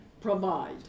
provide